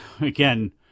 again